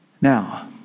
now